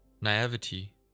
naivety